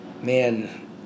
man